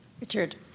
Richard